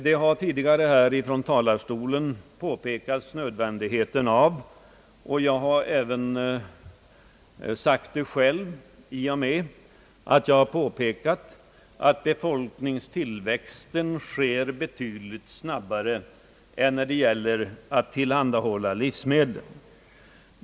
Det har tidigare från denna talarstol på pekats det faktum — liksom även jag själv har gjort — att befolkningstillväxten sker betydligt snabbare än möjligheten att tillhandahålla livsmedel.